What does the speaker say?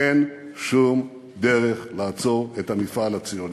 אין שום דרך לעצור את המפעל הציוני.